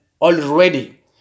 already